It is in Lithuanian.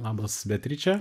labas beatriče